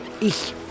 Ich